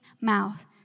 mouth